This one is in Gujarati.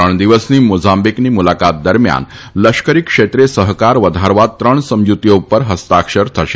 ત્રણ દિવસની મોંઝાબીકની મુલાકાત દરમ્યાન લશ્કરી ક્ષેત્રે સહકાર વધારવા ત્રણ સમજુતીઓ ઉપર હસ્તાક્ષર થશે